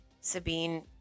Sabine